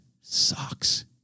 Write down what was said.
socks